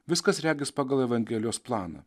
viskas regis pagal evangelijos planą